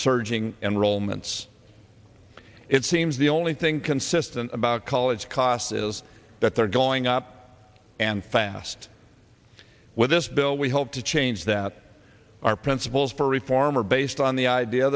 surging enrollments it seems the only thing consistent about college costs is that they're going up and fast with this bill we hope to change that our principles for reform are based on the idea